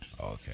Okay